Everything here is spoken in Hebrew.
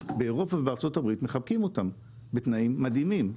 אז באירופה ובארצות הברית מחבקים אותם בתנאים מדהימים.